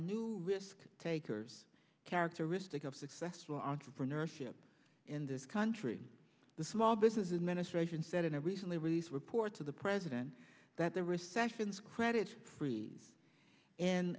new risk takers characteristic of successful entrepreneurship in this country the small business administration said in a recently released report to the president that the recessions credit free